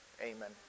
Amen